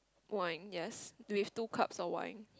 wine yes with two cups of wine